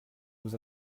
nous